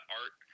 art